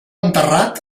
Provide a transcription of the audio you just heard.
enterrat